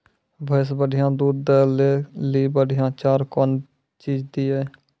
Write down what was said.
भैंस बढ़िया दूध दऽ ले ली बढ़िया चार कौन चीज दिए?